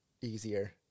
easier